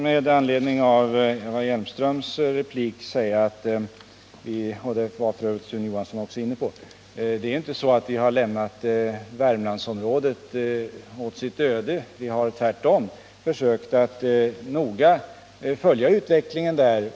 Med anledning av det som Eva Hjelmström anförde i sin replik när det gäller Värmlandsregionen — också Sune Johansson var f. ö. inne på detta — vill jag säga att det inte är så att vi har lämnat Värmlandsområdet åt sitt öde. Vi har tvärtom noga försökt att följa utvecklingen där.